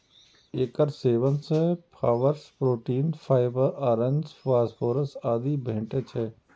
एकर सेवन सं carbs, protein, fibre, iron, phosphorus आदि भेटै छै